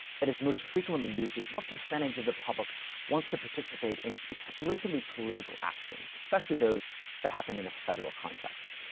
that is most frequently used, is what percentage of the public wants to participate in explicitly political actions, especially those that happen in a federal context.